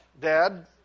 Dad